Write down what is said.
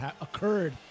occurred